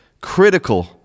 critical